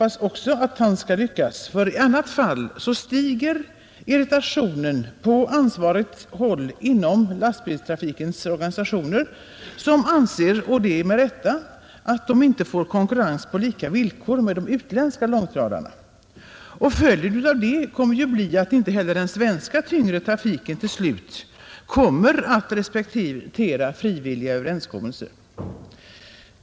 Jag hoppas att han skall lyckas, för i annat fall ökar irritationen på ansvarigt håll inom lastbilstrafikens organisationer som anser — och det med rätta — att de inte får konkurrera på lika villkor med de utländska långtradarna. Följden av det kommer ju att bli att inte heller den svenska tyngre trafiken respekterar frivilliga överenskommelser.